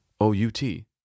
O-U-T